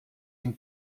ihm